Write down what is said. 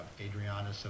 Adriana